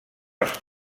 els